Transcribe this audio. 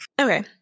okay